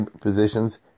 positions